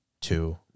two